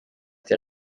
der